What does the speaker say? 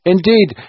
Indeed